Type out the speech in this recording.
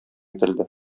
ителде